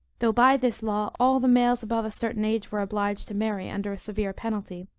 though by this law all the males above a certain age were obliged to marry under a severe penalty,